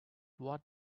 what